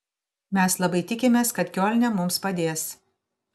mes labai tikimės kad kiolne mums padės